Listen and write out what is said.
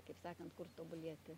kaip sakant kur tobulėti